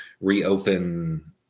reopen